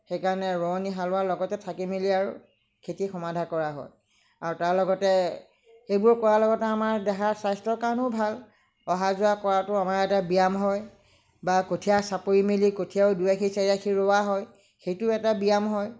সেইকাৰণে ৰোৱনী হালোৱাৰ লগতে থাকি মেলি আৰু খেতি সমাধা কৰা হয় আৰু তাৰ লগতে এইবোৰ কৰাৰ লগতে আমাৰ দেহাৰ স্বাস্থ্যৰ কাৰণেও ভাল অহা যোৱা কৰাতো আমাৰ এটা ব্যায়াম হয় বা কঠিয়া চাপৰি মেলি কঠিয়া দুই আশী চাৰি আশী ৰোৱা হয় সেইটো এটা ব্যায়াম হয়